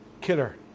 killer